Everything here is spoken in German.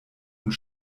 und